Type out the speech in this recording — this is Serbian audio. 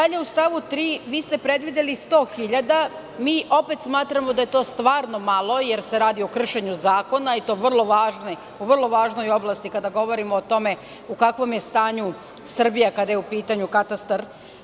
Dalje, u stavu 3. ste predvideli ste 100 hiljada, mi opet smatramo da je to stvarno malo, jer se radi o kršenju zakona i to u vrlo važnoj oblasti, kada govorimo o tome u kakvom je stanju Srbija kada je u pitanju katastar.